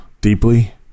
deeply